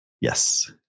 Yes